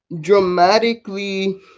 dramatically